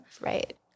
Right